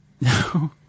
No